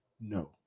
No